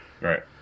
Right